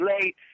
late